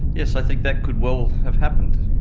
yes, i think that could well have happened.